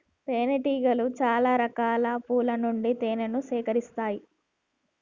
తేనె టీగలు చాల రకాల పూల నుండి తేనెను సేకరిస్తాయి